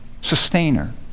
sustainer